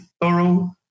thorough